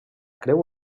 creu